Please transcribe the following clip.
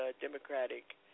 Democratic